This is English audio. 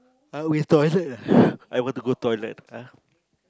I always toilet ah I want to go toilet ah